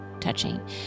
touching